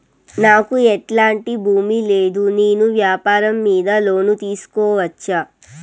నాకు ఎట్లాంటి భూమి లేదు నేను వ్యాపారం మీద లోను తీసుకోవచ్చా?